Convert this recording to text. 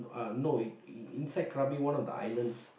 no inside Krabi one of the islands